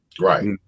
Right